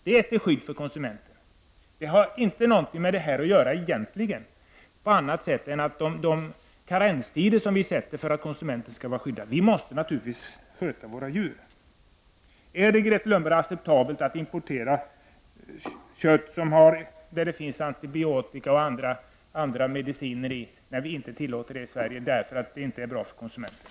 Detta är till skydd för konsumenten, men det har egentligen ingenting med det här att göra, annat än att de karenstider som gäller är till för att skydda konsumenten. Vi måste naturligtvis sköta våra djur. Grethe Lundblad! Är det acceptabelt att importera kött som innehåller antibiotika och andra medicinska ämnen, när vi inte tillåter det i Sverige av det skälet att det inte är bra för konsumenterna?